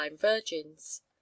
virgins